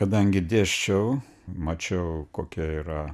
kadangi dėsčiau mačiau kokie yra